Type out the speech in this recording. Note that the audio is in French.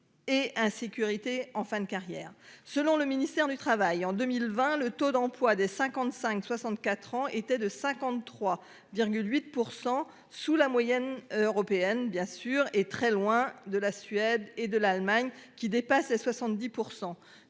Et insécurité en fin de carrière. Selon le ministère du travail en 2020, le taux d'emploi des 55 64 ans était de 53,8% sous la moyenne européenne bien sûr et très loin de la Suède et de l'Allemagne qui dépasse les 70